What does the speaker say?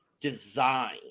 design